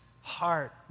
heart